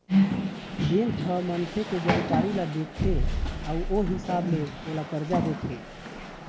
bank ह मनखे के जानकारी ल देखथे अउ ओ हिसाब ले ओला करजा देथे